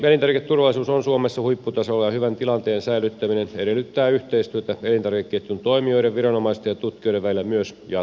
ensinnäkin elintarviketurvallisuus on suomessa huipputasolla ja hyvän tilanteen säilyttäminen edellyttää yhteistyötä elintarvikeketjun toimijoiden viranomaisten ja tutkijoiden välillä myös jatkossa